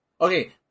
Okay